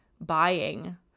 buying